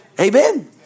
Amen